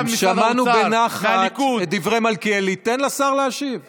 אנחנו נתחיל להרגיש את התיקון שאנחנו מתקנים